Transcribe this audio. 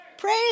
Praise